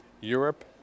Europe